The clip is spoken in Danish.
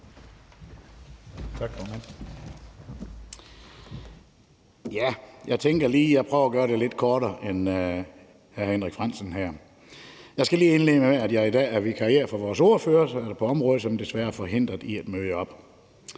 lige prøver at gøre det lidt kortere end hr. Henrik Frandsen. Jeg skal lige indlede med, at jeg i dag vikarierer for vores ordfører på området, som desværre er forhindret i at møde op.